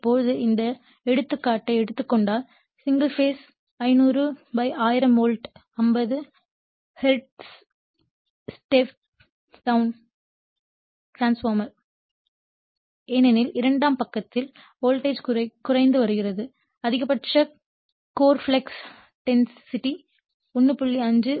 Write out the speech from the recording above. எனவே இப்போது இந்த எடுத்துக்காட்டை எடுத்துக் கொண்டால் single phase 5001000 volt 50 hertz step down transformer ஆகும் ஏனெனில் இரண்டாம் பக்கத்தில் வோல்டேஜ் குறைந்து வருகிறது அதிகபட்ச கோர் ஃப்ளக்ஸ் டென்சிட்டி 1